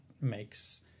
makes